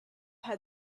had